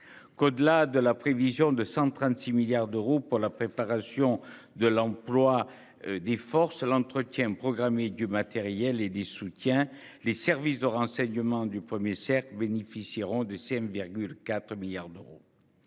qu'au-delà de la prévision de 136 milliards d'euros pour la préparation de l'emploi des forces l'entretien programmé du matériel et des soutiens. Les services de renseignement du 1er cercle bénéficieront de CM 4 milliards d'euros.